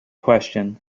question